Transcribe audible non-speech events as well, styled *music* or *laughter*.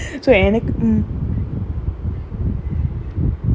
*laughs*